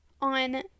on